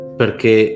perché